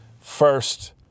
first